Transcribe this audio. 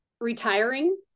Retiring